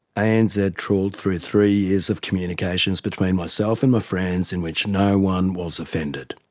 anz ah trawled through three years of communications between myself and my friends in which no one was offended.